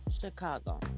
Chicago